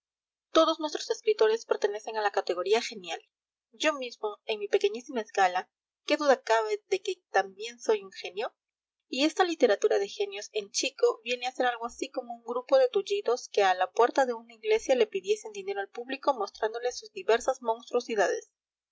todos nuestros escritores pertenecen a la categoría genial yo mismo en mi pequeñísima escala qué duda cabe de que también soy un genio y esta literatura de genios en chico viene a ser algo así como un grupo de tullidos que a la puerta de una iglesia le pidiesen dinero al público mostrándole sus diversas monstruosidades